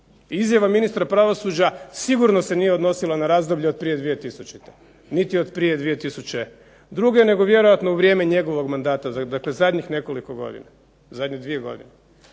Izjava ministra pravosuđa sigurno se nije odnosila na razdoblje prije 2000., niti od prije 2002. nego vjerojatno u vrijeme njegovog mandata zadnjih nekoliko godina, zadnje dvije godine,